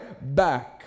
back